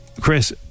Chris